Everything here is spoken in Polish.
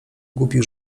głupich